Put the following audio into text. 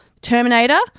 Terminator